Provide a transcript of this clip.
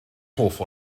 hoff